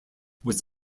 was